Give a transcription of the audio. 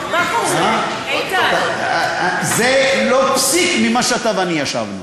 זה לא פסיק ממה שאתה ואני ישבנו.